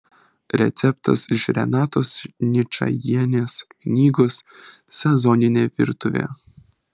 receptas iš renatos ničajienės knygos sezoninė virtuvė